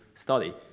Study